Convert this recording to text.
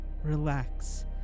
Relax